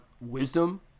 wisdom